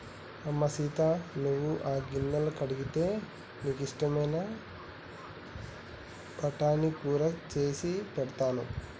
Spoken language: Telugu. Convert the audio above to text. అమ్మ సీత నువ్వు ఆ గిన్నెలు కడిగితే నీకు ఇష్టమైన బఠానీ కూర సేసి పెడతాను